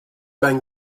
ben